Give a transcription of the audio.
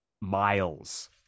Miles